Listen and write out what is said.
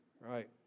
Right